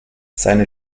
seine